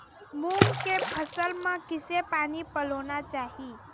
मूंग के फसल म किसे पानी पलोना चाही?